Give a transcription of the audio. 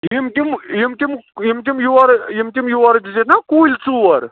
یِم تِم یِم تِم یِم تِم یورٕ یِم تِم یورٕ دِژیِتھ نا کُلۍ ژور